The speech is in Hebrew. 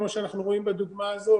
כמו שאנחנו רואים בדוגמה הזאת,